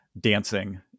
dancing